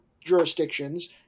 jurisdictions